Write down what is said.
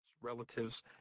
...relatives